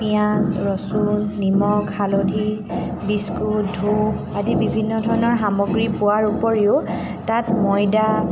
পিঁয়াজ ৰচুন নিমখ হালধি বিস্কুট ধূপ আদি বিভিন্ন ধৰণৰ সামগ্ৰী পোৱাৰ উপৰিও তাত ময়দা